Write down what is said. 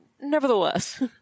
nevertheless